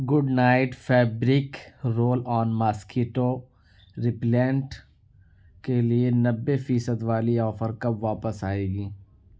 good Knight fabric roll on mosquito repellent کے لیے نوے فیصد والی آفر کب واپس آئے گی